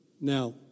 Now